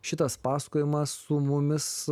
šitas pasakojimas su mumis